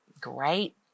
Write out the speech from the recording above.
great